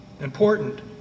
important